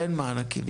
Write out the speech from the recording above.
אין מענקים.